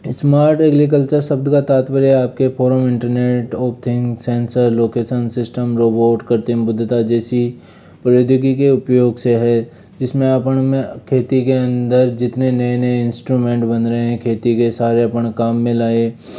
smart agriculture शब्द का तात्पर्य है आपके फोनों में internet of things sensor location system robot cutting बुद्धता जैसी प्रौद्योगिकी के उपयोग से है जिसमें अपन खेती के अंदर जितने नए नए इंस्ट्रूमेंट बन रहें है खेती के सारे अपन काम में लाएँ